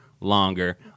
longer